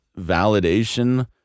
validation